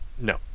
No